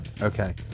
okay